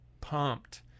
pumped